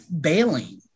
bailing